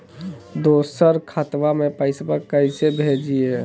दोसर खतबा में पैसबा कैसे भेजिए?